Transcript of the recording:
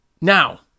Now